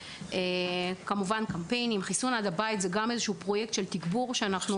כמובן --- חיסון עד לבית זה פרויקט תגבור שאנחנו